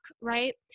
right